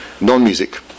non-music